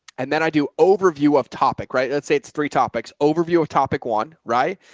and then i do overview of topic, right? let's say it's three topics, overview of topic one. right.